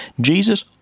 Jesus